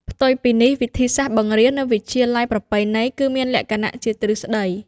ផ្ទុយពីនេះ វិធីសាស្ត្របង្រៀននៅ វិទ្យាល័យប្រពៃណី គឺមានលក្ខណៈជា ទ្រឹស្តី។